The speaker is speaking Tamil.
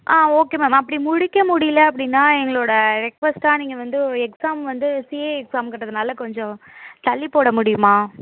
ஆ ஓகே மேம் அப்படி முடிக்க முடியல அப்படின்னா எங்களோட ரெக்வஸ்ட்டாக நீங்கள் வந்து எக்ஸாம் வந்து சிஏ எக்ஸாம்ங்கிறதுனால கொஞ்ச தள்ளிப் போட முடியுமா